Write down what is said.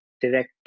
direct